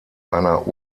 einer